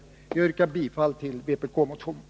Jag yrkar bifall till vpk-motionen.